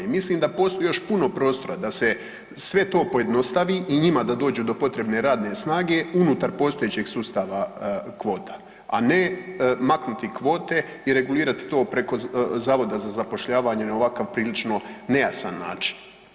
Mislim da postoji još puno prostora da se sve to pojednostavi i njima da dođu do potrebne radne snage unutar postojećeg sustava kvota, a ne maknuti kvote i regulirati to preko zavoda za zapošljavanje na ovakav prilično nejasan način.